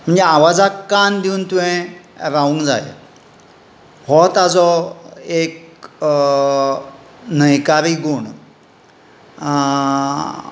म्हणजे आवाजाक कान दिवन तुवें रावूंक जाय हो ताजो एक न्हयकारी गूण